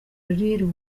lil